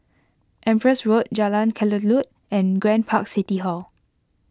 Empress Road Jalan Kelulut and Grand Park City Hall